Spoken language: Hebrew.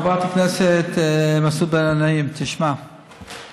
חבר הכנסת מסעוד גנאים, תשמע,